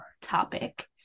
topic